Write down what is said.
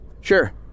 Sure